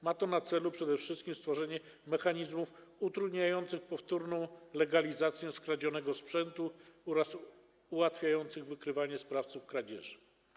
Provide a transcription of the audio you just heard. Ma to na celu przede wszystkim stworzenie mechanizmów utrudniających powtórną legalizację skradzionego sprzętu oraz ułatwiających wykrywanie sprawców kradzieży.